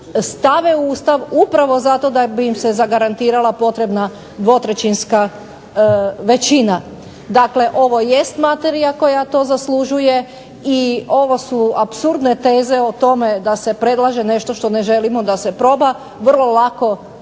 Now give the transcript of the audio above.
stave u Ustav upravo zato da bi im se zagarantirala potrebna dvotrećinska većina. Dakle, ovo jest materija koja to zaslužuje i ovo su apsurdne teze o tome da se predlaže nešto što ne želimo da se proda, vrlo lako vam